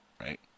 Right